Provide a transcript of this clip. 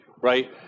right